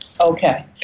Okay